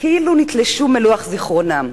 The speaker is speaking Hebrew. כאילו נתלשו מלוח זיכרונם.